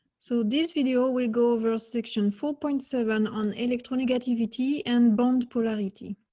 so, this video will go over a section four point seven on electronic activity and bond polarity.